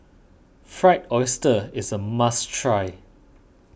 Fried Oyster is a must try